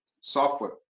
software